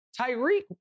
Tyreek